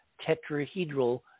tetrahedral